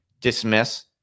dismiss